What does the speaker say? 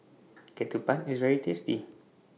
Ketupat IS very tasty